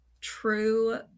true